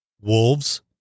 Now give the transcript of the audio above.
Wolves